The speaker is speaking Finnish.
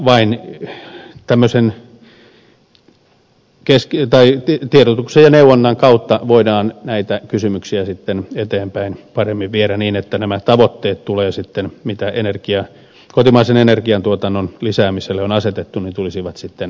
vain tiedotuksen ja neuvonnan kautta voidaan näitä kysymyksiä sitten viedä paremmin eteenpäin niin että nämä tavoitteet mitä kotimaisen energiantuotannon lisäämiselle on asetettu tulisivat sitten hoidetuiksi